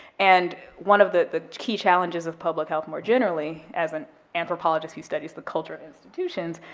and one of the the key challenges of public health, more generally, as an anthropologist who studies the culture of institutions,